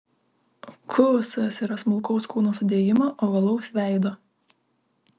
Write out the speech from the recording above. kuusas yra smulkaus kūno sudėjimo ovalaus veido